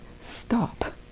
stop